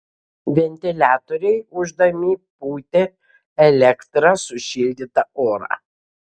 ventiliatoriai ūždami pūtė elektra sušildytą orą